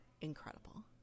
incredible